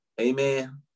Amen